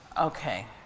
Okay